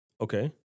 Okay